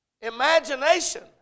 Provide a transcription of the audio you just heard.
Imagination